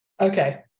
Okay